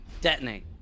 Detonate